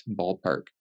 ballpark